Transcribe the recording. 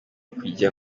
kujya